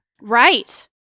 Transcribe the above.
Right